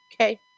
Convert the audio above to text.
Okay